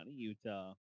Utah